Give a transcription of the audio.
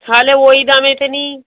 তাহলে ওই দামেতে নিই